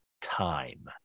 time